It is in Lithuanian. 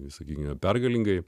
visagine pergalingai